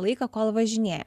laiką kol važinėja